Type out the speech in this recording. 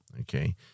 Okay